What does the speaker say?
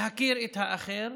להכיר את האחר,